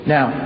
Now